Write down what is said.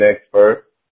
expert